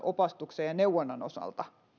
opastuksen ja neuvonnan osalta